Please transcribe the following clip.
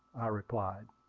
i replied.